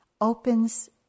opens